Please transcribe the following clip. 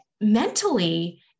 mentally